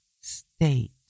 state